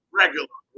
regular